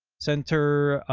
center.